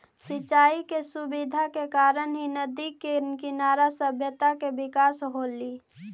सिंचाई के सुविधा के कारण ही नदि के किनारे सभ्यता के विकास होलइ